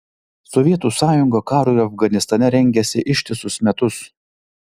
sovietų sąjunga karui afganistane rengėsi ištisus metus